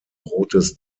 rotes